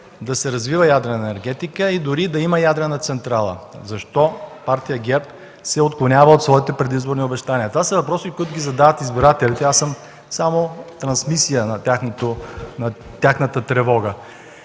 да се развива ядрена енергетика и дори да има ядрена централа? Защо Партия ГЕРБ се отклонява от своите предизборни обещания? Това са въпроси, които ги задават избирателите. Аз съм само трансмисия на тяхната тревога.